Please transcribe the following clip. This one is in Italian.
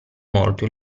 molto